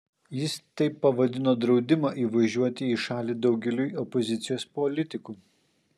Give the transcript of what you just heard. jis taip pavadino draudimą įvažiuoti į šalį daugeliui opozicijos politikų